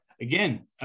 again